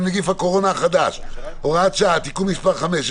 עם נגיף הקורונה החדש (הוראת שעה) (תיקון מס' 5),